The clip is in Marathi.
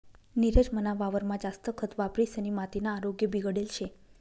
नीरज मना वावरमा जास्त खत वापरिसनी मातीना आरोग्य बिगडेल शे